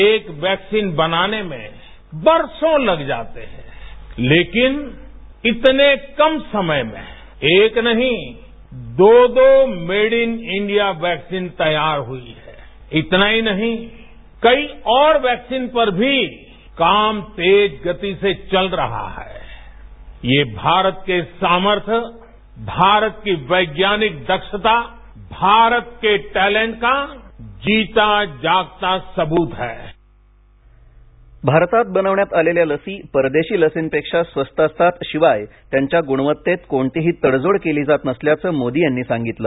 एक वैक्सीन बनाने में बरसों लग जाते हैं लेकिन इतने कम समय में एक नहीं दो दो मेड इन इंडिया वैक्सीन तैयार हुई है इतना ही नहीं कई और वैक्सीन पर भी काम तेज गति से चल रहा है ये भारत के सामर्थ्य भारत की वैज्ञानिक दक्षता भारत के टैलेंट का जीता जागता सबूत है भारतात बनवण्यात आलेल्या लसी परदेशी लसीपेक्षा स्वस्त असतात शिवाय त्यांच्या गुणवत्तेत कोणतीही तडजोड केली जात नसल्याचं मोदी यांनी सांगितलं